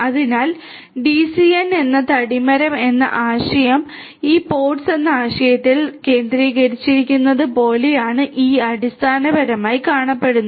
അതിനാൽ ഡിസിഎൻ എന്ന തടിമരം എന്ന ആശയം ഈ പോഡ്സ് എന്ന ആശയത്തിൽ കേന്ദ്രീകരിച്ചിരിക്കുന്നത് പോലെയാണ് ഇത് അടിസ്ഥാനപരമായി കാണപ്പെടുന്നത്